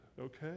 okay